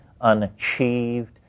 unachieved